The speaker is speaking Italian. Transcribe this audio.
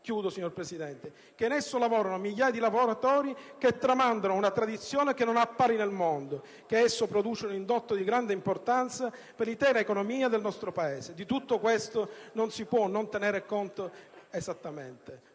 ad altri comparti; che in esso lavorano migliaia di lavoratori che tramandano una tradizione che non ha pari nel mondo; che esso produce un indotto di grande importanza per l'intera economia del nostro Paese. Di tutto questo non si può non tenere correttamente